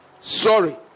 sorry